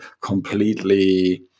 completely